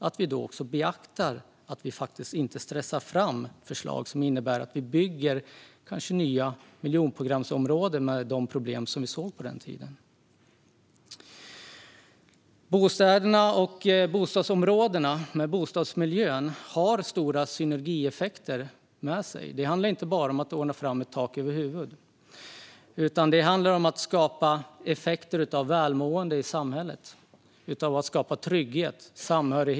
Det är då viktigt att vi faktiskt inte stressar fram förslag som innebär att det kanske byggs nya miljonprogramsområden med de problem som vi såg på den tiden. Bostäderna, bostadsområdena och bostadsmiljön för med sig stora synergieffekter. Det handlar inte bara om att ordna fram tak över huvudet, utan det handlar om att skapa effekter av välmående, trygghet och samhörighet i samhället.